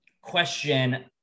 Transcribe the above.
question